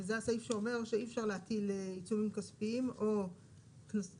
וזה הסעיף שאומר שאי אפשר להטיל עיצומים כספיים או אחריות